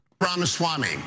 Ramaswamy